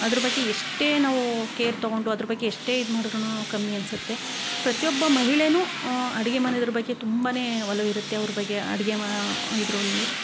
ಅದ್ರ ಬಗ್ಗೆ ಎಷ್ಟೇ ನಾವು ಕೇರ್ ತೊಗೊಂಡು ಅದ್ರ ಬಗ್ಗೆ ಎಷ್ಟೇ ಇದು ಮಾಡಿದ್ರೂ ಕಮ್ಮಿ ಅನ್ಸುತ್ತೆ ಪ್ರತಿಯೊಬ್ಬ ಮಹಿಳೆಯೂ ಅಡುಗೆ ಮನೆದರ ಬಗ್ಗೆ ತುಂಬನೇ ಒಲವಿರುತ್ತೆ ಅವ್ರು ಬಗ್ಗೆ ಅಡುಗೆ ಮಾ ಇದ್ರಲ್ಲಿ